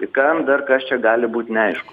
ir kam dar kas čia gali būt neaišku